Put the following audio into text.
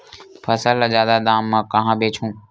फसल ल जादा दाम म कहां बेचहु?